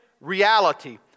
reality